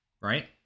right